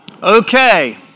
Okay